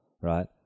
right